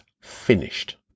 finished